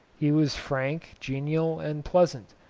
he was frank, genial, and pleasant.